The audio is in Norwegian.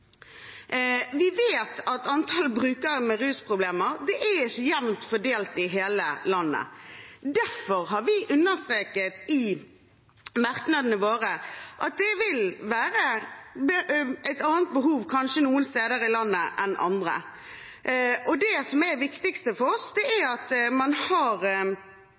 Vi vet at antallet brukere med rusproblemer ikke er jevnt fordelt i hele landet. Derfor har vi understreket i merknadene våre at noen steder i landet kanskje vil ha et annet behov enn andre. Det som er det viktigste for oss, er at man har